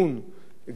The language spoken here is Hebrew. גם אם הוא לא מתנהג,